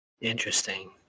Interesting